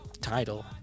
title